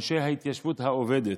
אנשי ההתיישבות העובדת,